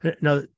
Now